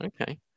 Okay